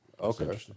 Okay